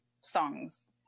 songs